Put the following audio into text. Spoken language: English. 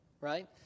right